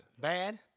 Bad